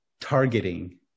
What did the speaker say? targeting